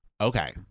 Okay